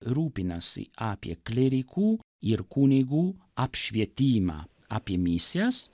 rūpinasi apie klierikų ir kunigų apšvietimą apie misijas